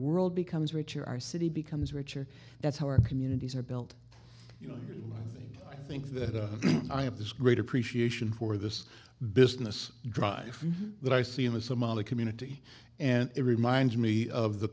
world becomes richer our city becomes richer that's how our communities are built you know i think that i have this great appreciation for this business drive that i see in a somali community and it reminds me of the